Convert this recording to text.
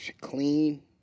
clean